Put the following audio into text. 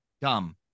Dumb